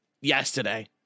Yesterday